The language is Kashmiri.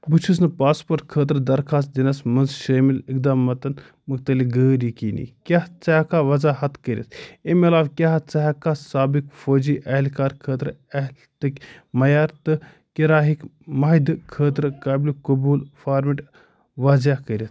بہٕ چھُس نہٕ پاسپورٹ خٲطرٕ درخوٛاست دِنس منٛز شٲمل اِقداماتن متعلق غٔیر یقینی کیٛاہ ژٕ ہیٚکہٕ کھا وضاحت کٔرِتھ اَمہِ علاوٕ کیٛاہ ژٕ ہیٚکہٕ کھا سابِق فوجی اہلکار خٲطرٕ اہلیتٕکۍ معیار تہٕ کِراہِکۍ معاہدہ خٲطرٕ قٲبل قبول فارمیٹ واضح کٔرتھ